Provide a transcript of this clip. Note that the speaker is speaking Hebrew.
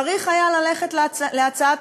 צריך היה ללכת להצעת